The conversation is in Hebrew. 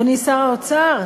אדוני שר האוצר,